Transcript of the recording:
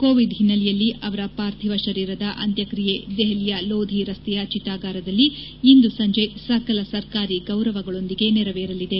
Covid ಹಿನ್ನೆಲೆಯಲ್ಲಿ ಅವರ ಪಾರ್ಥೀವ ಶರೀರದ ಅಂತ್ಯಕ್ರಿಯೆ ದೆಹಲಿಯ ಲೋಧಿ ರಸ್ತೆಯ ಚಿತಾಗಾರದಲ್ಲಿ ಇಂದು ಸಂಜೆ ಸಕಲ ಸರ್ಕಾರಿ ಗೌರವಗಳೊಂದಿಗೆ ನೆರವೇರಲಿದೆ